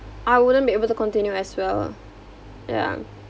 I wouldn't be able to continue as well ya